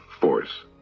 force